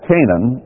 Canaan